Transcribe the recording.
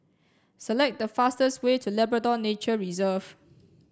select the fastest way to Labrador Nature Reserve